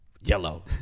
yellow